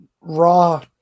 Raw